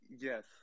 yes